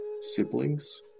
siblings